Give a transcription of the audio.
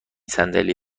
صندل